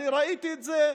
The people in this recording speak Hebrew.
אני ראיתי את זה,